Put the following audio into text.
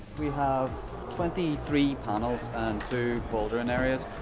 we have twenty three panels and two bouldering areas.